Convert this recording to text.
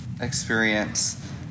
experience